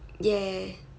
yeah